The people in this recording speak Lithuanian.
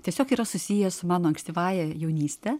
tiesiog yra susijęs su mano ankstyvąja jaunyste